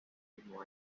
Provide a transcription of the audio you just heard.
mismo